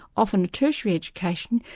often a tertiary education.